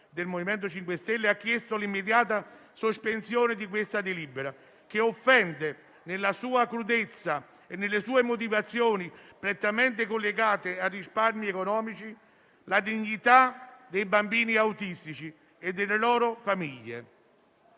del MoVimento 5 Stelle, ha chiesto l'immediata sospensione di questa delibera, che offende, nella sua crudezza e nelle sue motivazioni prettamente collegate a risparmi economici, la dignità dei bambini autistici e delle loro famiglie.